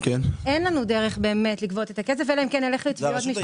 אין לנו כסף באמת לגבות את הכסף אלא אם כן נלך לתביעות משפטיות.